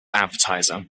advertiser